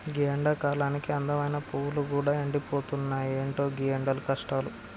గీ ఎండకాలానికి అందమైన పువ్వులు గూడా ఎండిపోతున్నాయి, ఎంటో గీ ఎండల కష్టాలు